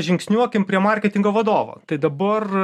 žingsniuokim prie marketingo vadovo tai dabar